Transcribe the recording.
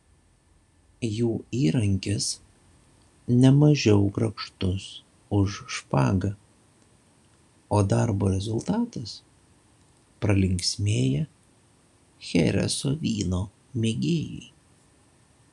jų įrankis nemažiau grakštus už špagą o darbo rezultatas pralinksmėję chereso vyno mėgėjai